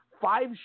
five